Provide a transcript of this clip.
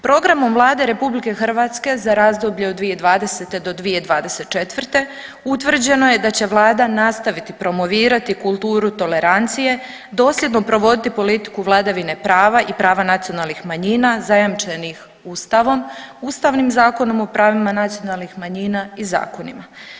Programom Vlade RH za razdoblje od 2020. do 2024. utvrđeno je da će vlada nastaviti promovirati kulturu tolerancije, dosljedno provoditi politiku vladavine prava i prava nacionalnih manjina zajamčenih Ustavom, Ustavnim zakonom o pravima nacionalnih manjina i zakona.